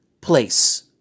place